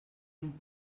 amb